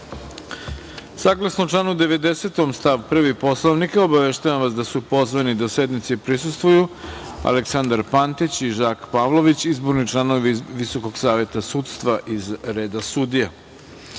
reda. Saglasno članu 90. stav 1. Poslovnika, obaveštavam vas da su pozvani da sednici prisustvuju Aleksandar Pantić i Žak Pavlović, izborni članovi Visokog saveta sudstva iz reda sudija. Molim